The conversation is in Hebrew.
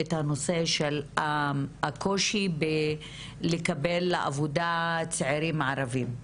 את הנושא של הקושי בלקבל עבודה צעירים ערבים.